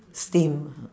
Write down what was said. steam